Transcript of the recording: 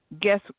guess